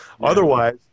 Otherwise